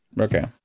Okay